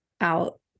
out